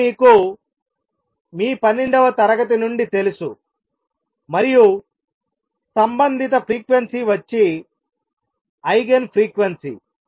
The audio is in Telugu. ఇది మీకు మీ పన్నెండవ తరగతి నుండి తెలుసు మరియు సంబంధిత ఫ్రీక్వెన్సీ వచ్చి ఐగెన్ ఫ్రీక్వెన్సీ